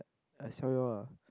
I sell you all lah